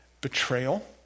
betrayal